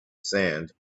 sand